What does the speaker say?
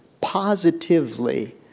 positively